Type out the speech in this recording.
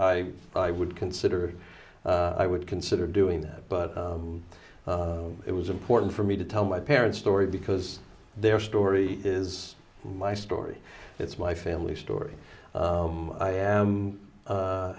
i would consider i would consider doing that but it was important for me to tell my parents story because their story is my story it's my family story i am